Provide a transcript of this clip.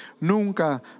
nunca